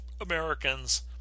Americans